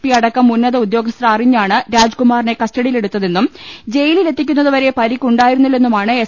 P അടക്കം ഉന്നത ഉദ്യോ ഗസ്ഥർ അറിഞ്ഞാണ് രാജ്കുമാറിനെ കസ്റ്റഡിയിലെടുത്തതെന്നും ജയിലിലെത്തിക്കുന്നതുവരെ പരിക്ക് ഉണ്ടായിരുന്നില്ലെന്നുമാണ് എസ്